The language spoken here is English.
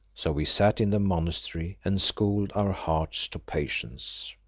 so we sat in the monastery, and schooled our hearts to patience.